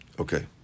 Okay